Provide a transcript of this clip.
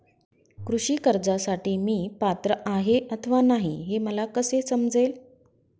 कृषी कर्जासाठी मी पात्र आहे अथवा नाही, हे मला कसे समजेल?